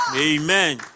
Amen